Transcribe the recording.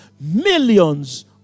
millions